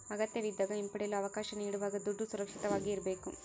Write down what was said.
ಅಗತ್ಯವಿದ್ದಾಗ ಹಿಂಪಡೆಯಲು ಅವಕಾಶ ನೀಡುವಾಗ ದುಡ್ಡು ಸುರಕ್ಷಿತವಾಗಿ ಇರ್ಬೇಕು